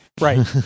Right